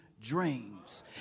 dreams